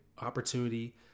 opportunity